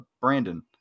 Brandon